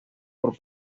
por